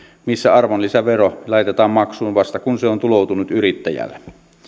missä arvonlisävero laitetaan maksuun vasta kun se on tuloutunut yrittäjälle